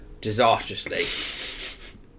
disastrously